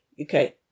Okay